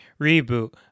reboot